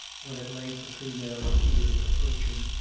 when at length a female appeared approaching,